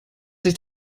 sich